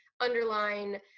underline